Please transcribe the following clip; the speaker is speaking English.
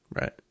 Right